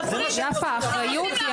להפריט,